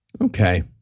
Okay